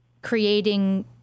creating